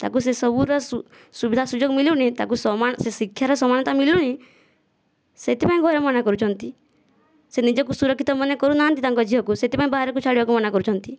ତାକୁ ସେ ସବୁର ସୁବିଧା ସୁଯୋଗ ମିଳୁନି ତାକୁ ସମାନ ସେ ଶିକ୍ଷାର ସମାନତା ମିଳୁନି ସେଥିପାଇଁ ଘରେ ମନା କରୁଛନ୍ତି ସେ ନିଜକୁ ସୁରକ୍ଷିତ ମନେ କରୁନାହାନ୍ତି ତାଙ୍କ ଝିଅକୁ ସେଥିପାଇଁ ବାହାରକୁ ଛାଡ଼ିବାକୁ ମନା କରୁଛନ୍ତି